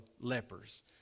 lepers